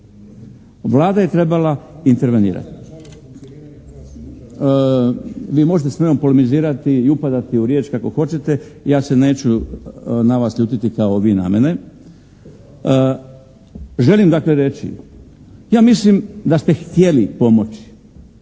Vlada je trebala intervenirati. …/Upadica se ne čuje./… Vi možete s menom polemizirati i upadati u riječ kako hoćete, ja se neću na vas ljutiti kao vi na mene. Želim dakle reći, ja mislim da ste htjeli pomoći,